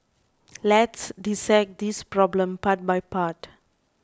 let's dissect this problem part by part